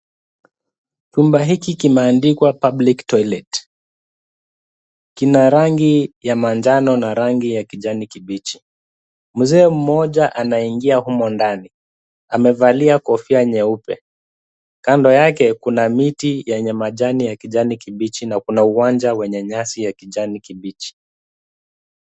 Chumba hiki kimeandikwa public toilet , kina rangi ya manjano na rangi ya kijani kibichi. Mzee mmoja anaingia humo ndani, amevalia kofia nyeupe. Kando yake pana miti yenye majani ya kijani kibichi na kuna uwanja wenye nyasi ya kijani kibichi.